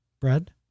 Bread